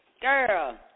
Girl